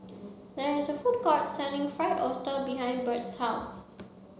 there is a food court selling Fried Oyster behind Bert's house